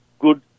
good